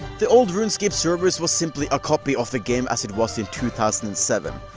the old runescape servers was simply a copy of the game as it was in two thousand and seven.